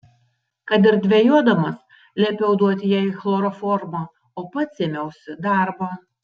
kad ir dvejodamas liepiau duoti jai chloroformo o pats ėmiausi darbo